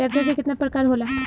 Tractor के केतना प्रकार होला?